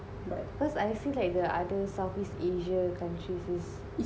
cause I think like the other southeast asia countries is